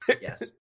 Yes